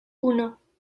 uno